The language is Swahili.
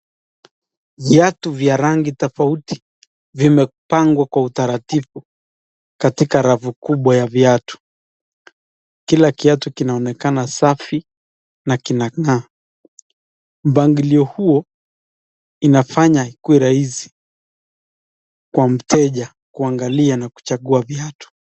Viatu vya rangi tofauti vimepangwa kwa utaratibu katika rafu kubwa ya viatu. Kila kiatu kinaonekana safi na kinang'aa. Mpangilio huo inafanya ikue rahisi kwa mteja kuangalia na kuchangua viatu.